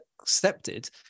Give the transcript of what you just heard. accepted